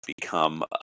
become